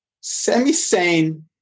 semi-sane